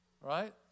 right